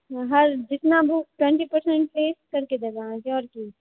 हर जितना book twenty percent पर देब अहाँकेॅं आओर की